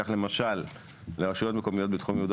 כך למשל לרשויות מקומיות בתחום יהודה